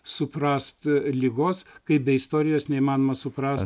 suprast ligos kaip be istorijos neįmanoma suprast